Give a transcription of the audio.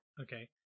Okay